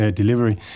delivery